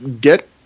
get